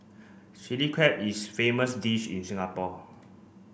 Chilli Crab is famous dish in Singapore